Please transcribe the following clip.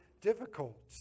difficult